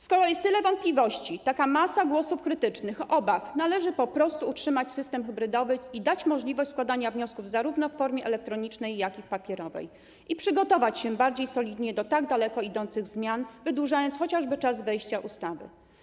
Skoro jest tyle wątpliwości, taka masa głosów krytycznych, obaw, należy po prostu utrzymać system hybrydowy, dać możliwość składania wniosków w formie zarówno elektronicznej, jak i papierowej i przygotować się bardziej solidnie do tak daleko idących zmian, wydłużając chociażby czas wejścia ustawy.